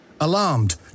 Alarmed